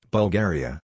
Bulgaria